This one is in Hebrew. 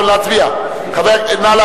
חבר הכנסת אורון,